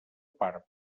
part